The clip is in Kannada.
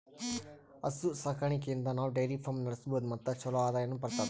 ಹಸು ಸಾಕಾಣಿಕೆಯಿಂದ್ ನಾವ್ ಡೈರಿ ಫಾರ್ಮ್ ನಡ್ಸಬಹುದ್ ಮತ್ ಚಲೋ ಆದಾಯನು ಬರ್ತದಾ